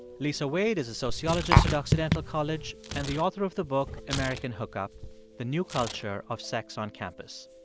lisa wade is a sociologist at occidental college and the author of the book american hookup the new culture of sex on campus.